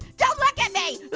don't look at me.